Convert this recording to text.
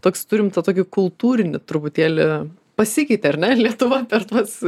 toks turime tokį kultūrinį truputėlį pasikeitė ar ne lietuva per tuos